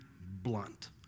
blunt